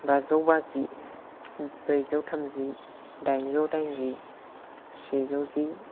बाजौ बाजि ब्रैजौ थामजि दाइनजौ दाइनजि सेजौ जि